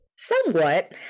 Somewhat